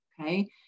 okay